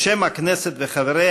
בשם הכנסת וחבריה,